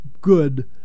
good